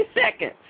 seconds